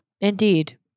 Indeed